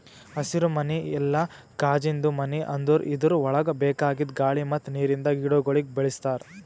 ಹಸಿರುಮನಿ ಇಲ್ಲಾ ಕಾಜಿಂದು ಮನಿ ಅಂದುರ್ ಇದುರ್ ಒಳಗ್ ಬೇಕಾಗಿದ್ ಗಾಳಿ ಮತ್ತ್ ನೀರಿಂದ ಗಿಡಗೊಳಿಗ್ ಬೆಳಿಸ್ತಾರ್